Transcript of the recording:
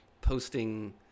posting